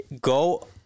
go